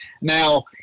now